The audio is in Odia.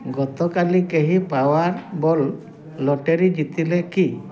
ଗତକାଲି କେହି ପାୱାର ବଲ୍ ଲଟେରୀ ଜିତିଥିଲେ କି